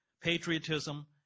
patriotism